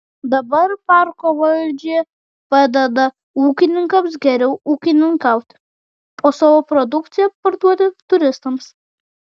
dabar parko valdžia padeda ūkininkams geriau ūkininkauti o savo produkciją parduoti turistams